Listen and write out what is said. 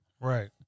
Right